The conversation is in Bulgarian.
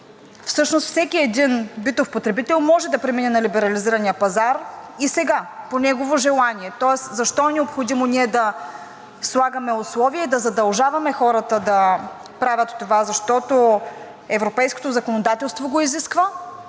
че всеки един битов потребител може да премине на либерализирания пазар и сега, по негово желание. Тоест, защо е необходимо ние да слагаме условия и да задължаваме хората да правят това? Защото европейското законодателство го изисква?!